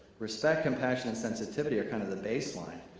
respect, compassion and sensitivity are kind of the baseline.